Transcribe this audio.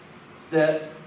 Set